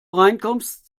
reinkommst